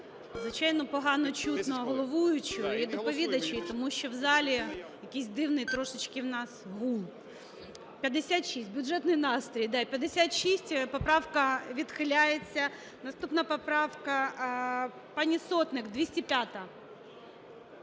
Звичайно, погано чутно головуючу і доповідачів, тому що в залі якісь дивний трошечки у нас гул. 10:11:33 За-56 56. Бюджетний настрій. 56. Поправка відхиляється. Наступна поправка - пані Сотник, 205.